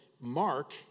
Mark